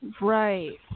Right